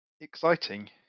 exciting